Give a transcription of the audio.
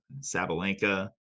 sabalenka